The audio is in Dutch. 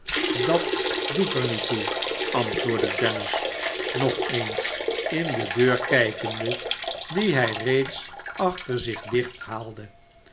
dat doet er niet toe antwoordde dennis nog eens in de deur kijkende die hij reeds achter zich dicht haalde